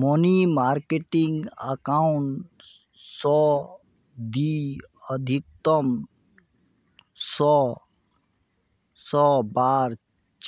money market account स ती अधिकतम छह बार